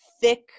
thick